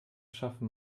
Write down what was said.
schaffen